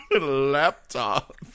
laptop